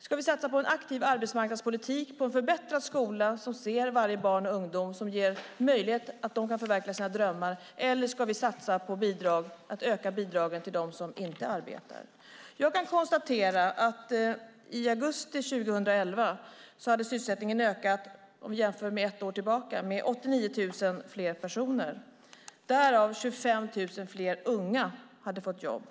Ska vi satsa på en aktiv arbetsmarknadspolitik och en förbättrad skola som ser varje barn och ungdom och ger dem möjligheter att förverkliga sina drömmar eller ska vi satsa på att öka bidragen till dem som inte arbetar? Jag kan konstatera att i augusti 2011 hade antalet sysselsatta ökat med 89 000 personer jämfört med ett år tidigare. 25 000 fler unga hade fått jobb.